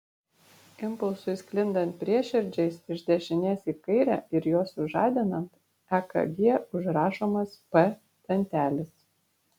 impulsui sklindant prieširdžiais iš dešinės į kairę ir juos sužadinant ekg užrašomas p dantelis